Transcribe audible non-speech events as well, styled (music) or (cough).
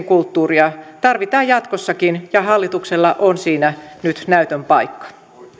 (unintelligible) kulttuuria tarvitaan jatkossakin ja hallituksella on siinä nyt näytön paikka